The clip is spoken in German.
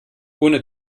ohne